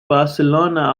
barcelona